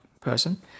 person